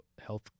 health